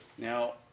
Now